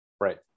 Right